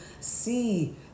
see